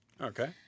Okay